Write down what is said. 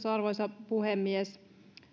arvoisa puhemies